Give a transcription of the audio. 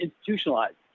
institutionalized